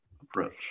approach